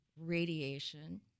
radiation